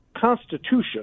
Constitution